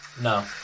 No